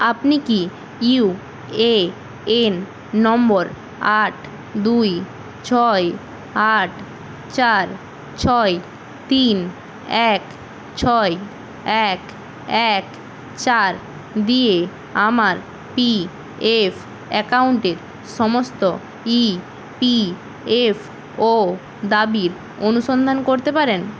আপনি কি U A N number আট দুই ছয় আট চার ছয় তিন এক ছয় এক এক চার দিয়ে আমার পি এফ অ্যাকাউন্টের সমস্ত ই পি এফ ও দাবির অনুসন্ধান করতে পারেন